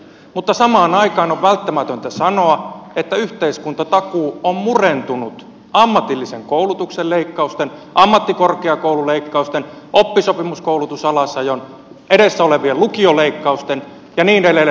mutta samaan aikaan on välttämätöntä sanoa että yhteiskun tatakuu on murentunut ammatillisen koulutuksen leikkausten ammattikorkeakoululeikkausten oppisopimuskoulutusalasajon edessä ole vien lukioleikkausten ja niin edelleen